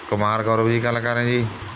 ਕੁਮਾਰ ਗੌਰਵ ਜੀ ਗੱਲ ਕਰ ਰਹੇ ਜੀ